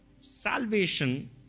Salvation